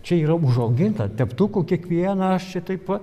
čia yra užauginta teptuku kiekvieną aš čia taip pat